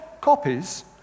copies